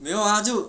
没有 ah 就